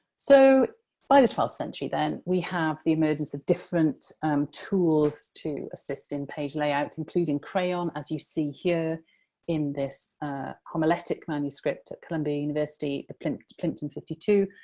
so by the twelfth century, then, we have the emergence of different tools to assist in page layout, including crayon as you see here in this homiletic manuscript at columbia university, plimpton plimpton fifty two.